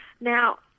Now